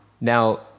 Now